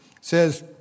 says